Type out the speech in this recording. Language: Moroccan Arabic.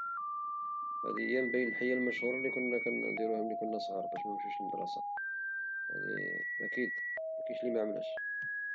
وهدي هي من الحيل المشهورة لي كنا كنعملو ملي كنا صغار باش منمشيوش للمدرسة، هدي أكيد مكينشي لي معملهاش.